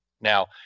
Now